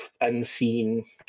unseen